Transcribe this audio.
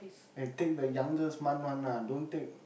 I think the youngest one month lah don't take